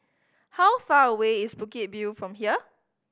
how far away is Bukit View from here